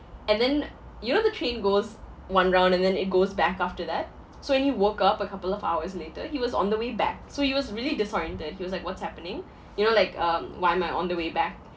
and then you know the train goes one round and then it goes back after that so when he woke up a couple of hours later he was on the way back so he was really disoriented he was like what's happening you know like um why am I on the way back